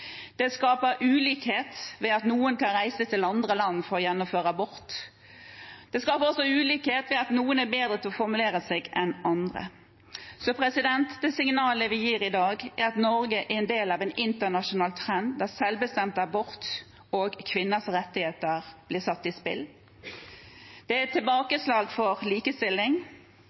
Det skaper ulikhet fordi noen kan reise til andre land for å gjennomføre abort. Det skaper også ulikhet fordi noen er bedre til å formulere seg enn andre. Signalet vi sender i dag, er at Norge er en del av en internasjonal trend der selvbestemt abort og kvinners rettigheter blir satt i spill. Det er et tilbakeslag for